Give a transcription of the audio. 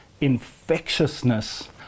infectiousness